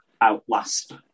outlast